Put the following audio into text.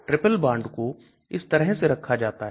triple bond को इस तरह से रखा जाता है